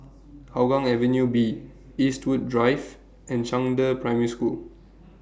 Hougang Avenue B Eastwood Drive and Zhangde Primary School